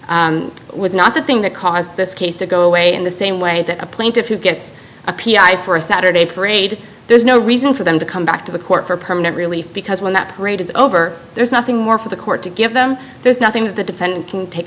was not the thing that caused this case to go away in the same way that a plaintiff who gets a piano for a saturday parade there's no reason for them to come back to the court for permanent relief because when that parade is over there's nothing more for the court to give them there's nothing that the defendant can take